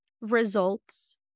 results